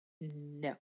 No